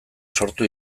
sortu